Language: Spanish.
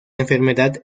enfermedad